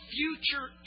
future